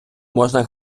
можна